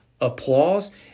applause